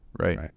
right